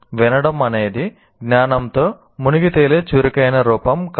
వినడం అనేది జ్ఞానంతో మునిగి తేలే చురుకైన రూపం కాదు